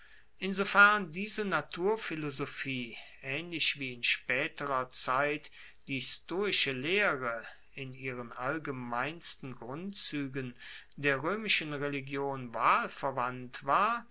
insofern diese naturphilosophie aehnlich wie in spaeterer zeit die stoische lehre in ihren allgemeinsten grundzuegen der roemischen religion wahlverwandt war